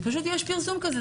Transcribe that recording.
פשוט יש פרסום כזה,